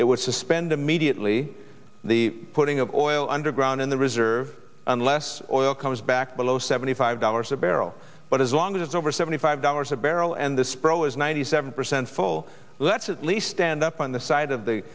would suspend immediately the putting of oil underground in the reserve unless all comes back below seventy five dollars a barrel but as long as it's over seventy five dollars a barrel and the spro is ninety seven percent full that's at least stand up on the side of the